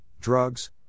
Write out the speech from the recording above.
drugs